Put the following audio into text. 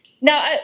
Now